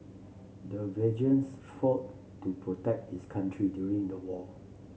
the veterans fought to protect his country during the war